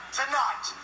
tonight